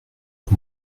que